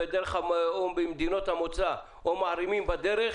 שמערימים במדינות המוצא או מערימים בדרך